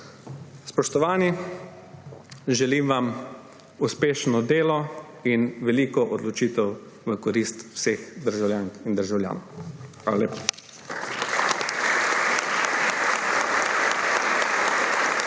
Spoštovani, želim vam uspešno delo in veliko odločitev v korist vseh državljank in državljanov. Hvala lepa.